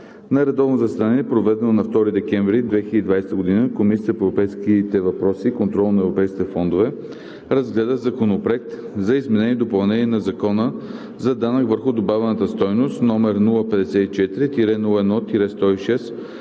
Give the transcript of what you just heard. На редовно заседание, проведено на 2 декември 2020 г., Комисията по европейските въпроси и контрол на европейските фондове разгледа Законопроект за изменение и допълнение на Закона за данък върху добавената стойност, № 054-01-106,